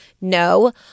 No